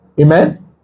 amen